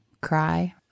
cry